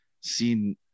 seen